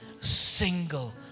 single